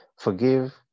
Forgive